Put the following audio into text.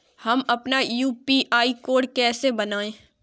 हम अपना UPI code कैसे बनाएँ?